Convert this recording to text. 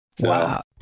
Wow